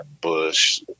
Bush